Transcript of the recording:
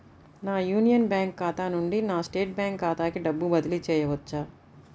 నా Union Bank ఖాతా నుండి నా స్టేట్ బ్యాంకు ఖాతాకి డబ్బు బదిలి చేయవచ్చా?